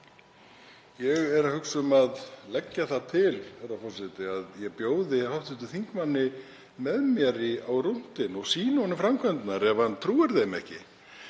Ég er að hugsa um að leggja það til að ég bjóði hv. þingmanni með mér á rúntinn og sýni honum framkvæmdirnar, ef hann trúir þessu ekki.